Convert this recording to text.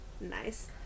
Nice